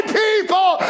people